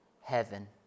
heaven